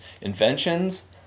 inventions